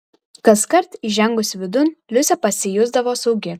kaskart įžengusi vidun liusė pasijusdavo saugi